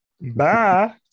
Bye